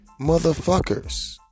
motherfuckers